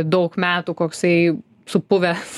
daug metų koksai supuvęs